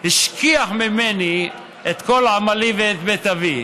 השכיח ממני את כל עמלי ואת בית אבי.